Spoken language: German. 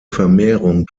vermehrung